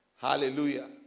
Hallelujah